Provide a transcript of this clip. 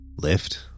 Lift